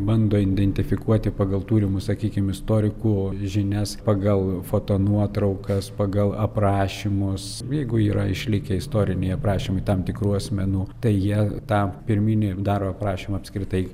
bando identifikuoti pagal turimus sakykim istorikų žinias pagal foto nuotraukas pagal aprašymus jeigu yra išlikę istoriniai aprašymai tam tikrų asmenų tai jie tą pirminį daro aprašymą apskritai